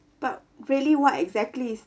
but really what exactly is